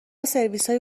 سرویسهای